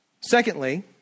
Secondly